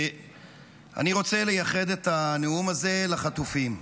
אני רוצה לייחד את הנאום הזה לחטופים.